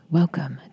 welcome